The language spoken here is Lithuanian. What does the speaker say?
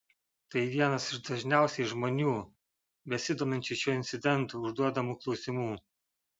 tai vienas iš dažniausiai žmonių besidominčiu šiuo incidentu užduodamų klausimų